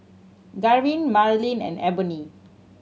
Garvin Marleen and Eboni